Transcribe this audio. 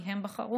כי הם בחרו,